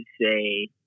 say